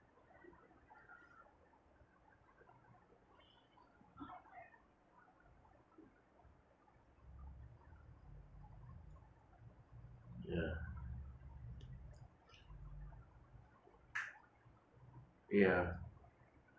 ya ya